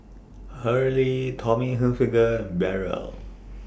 Hurley Tommy Hilfiger Barrel